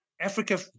Africa